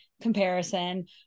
comparison